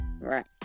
Right